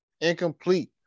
incomplete